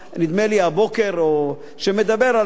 נדמה לי הבוקר מדבר על זה,